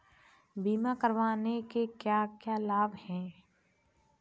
बीमा करवाने के क्या क्या लाभ हैं?